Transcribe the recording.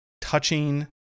touching